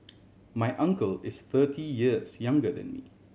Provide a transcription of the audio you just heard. my uncle is thirty years younger than me